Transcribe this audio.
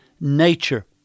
nature